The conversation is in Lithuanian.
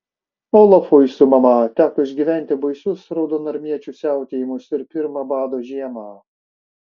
olafui su mama teko išgyventi baisius raudonarmiečių siautėjimus ir pirmą bado žiemą